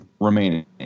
remaining